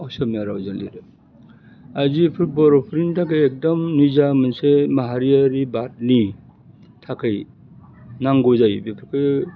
असमिया रावजों लिरो जिफोर बर'फोरनि थाखाय एकदम निजा मोनसे माहारियारि बादनि थाखै नांगौ जायो बेफोरखो